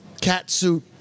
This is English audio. catsuit